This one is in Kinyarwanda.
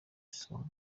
isonga